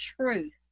truth